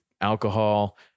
alcohol